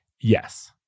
Yes